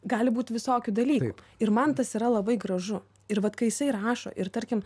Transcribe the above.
gali būt visokių dalykų ir man tas yra labai gražu ir vat kai jisai rašo ir tarkim